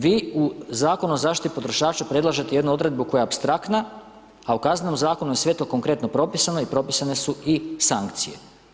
Vi u Zakonu o zaštiti potrošača predlažete jednu odredbu koja je apstraktna, a u Kaznenom zakonu je sve to konkretno propisano i propisane su i sankcije.